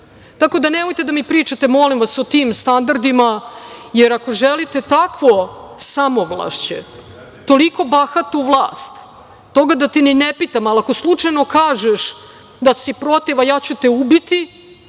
ne želi. Nemojte da mi pričate, molim vas, o tim standardima, jer ako želite takvo samovlašće, toliko bahatu vlast, od toga da te ni ne pitam, jer ako slučajno kažeš da si protiv, ja ću te ubiti,